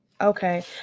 Okay